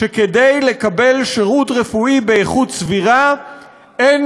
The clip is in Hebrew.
שכדי לקבל שירות רפואי באיכות סבירה אין